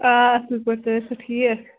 آ اَصٕل پٲٹھۍ تُہۍ ٲسوٕ ٹھیٖک